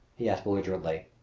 he asked belligerently.